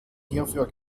hierfür